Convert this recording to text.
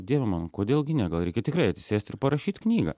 dieve mano kodėl gi ne gal reikia tikrai atsisėst ir parašyt knygą